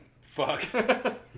Fuck